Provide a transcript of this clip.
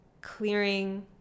clearing